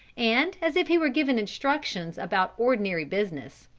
and as if he were giving instructions about ordinary business.